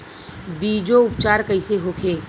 बीजो उपचार कईसे होखे?